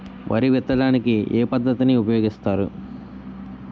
వరి విత్తడానికి ఏ పద్ధతిని ఉపయోగిస్తారు?